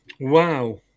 Wow